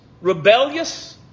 rebellious